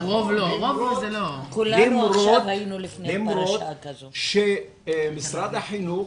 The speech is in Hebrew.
נכון, למרות שמשרד החינוך,